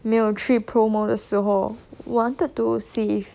没有去 promo 的时候 wanted to save